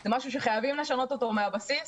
זה משהו שחייבים לשנות אותו מהבסיס.